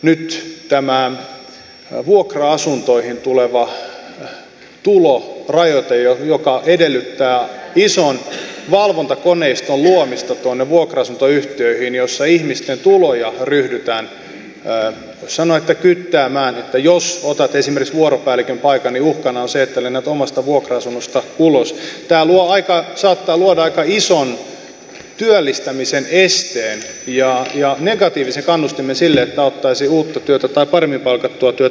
nyt tämä vuokra asuntoihin tuleva tulorajoite joka edellyttää ison valvontakoneiston luomista vuokra asuntoyhtiöihin jossa ihmisten tuloja ryhdytään voisi sanoa kyttäämään että jos otat esimerkiksi vuoropäällikön paikan niin uhkana on se että lennät omasta vuokra asunnosta ulos saattaa luoda aika ison työllistämisen esteen ja negatiivisen kannustimen sille että ottaisi uutta tai paremmin palkattua työtä vastaan